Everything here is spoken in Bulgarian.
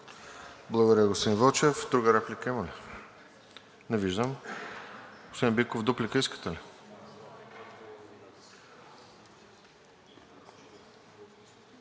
Благодаря, господин Вълчев. Друга реплика има ли? Не виждам. Господин Биков, дуплика искате ли?